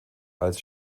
als